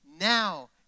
now